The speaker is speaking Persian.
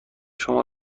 شما